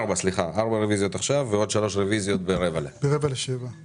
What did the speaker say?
רוויזיה על פנייה ספר 58, משרד הביטחון.